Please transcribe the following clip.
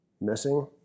missing